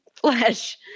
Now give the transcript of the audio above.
flesh